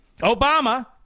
Obama